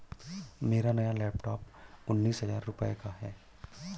मेरा नया लैपटॉप उन्नीस हजार रूपए का है